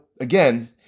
again